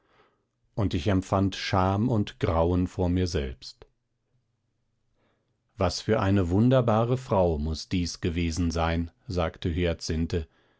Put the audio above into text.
und ich empfand scham und grauen vor mir selbst was für eine wunderbare frau muß dies gewesen sein sagte